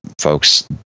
folks